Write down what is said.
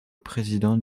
président